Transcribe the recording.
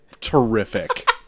terrific